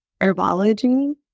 herbology